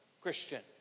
Christian